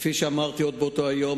כפי שאמרתי עוד באותו יום,